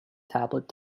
tablet